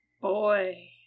Boy